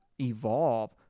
evolve